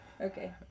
Okay